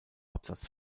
absatz